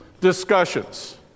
discussions